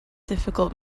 difficult